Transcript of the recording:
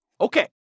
Okay